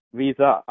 visa